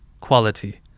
quality